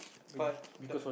but the